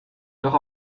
doch